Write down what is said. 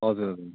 हजुर हजुर